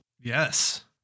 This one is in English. Yes